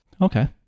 okay